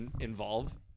involve